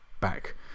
back